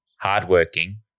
hardworking